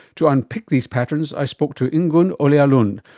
to unpick these patterns i spoke to ingunn olea lund,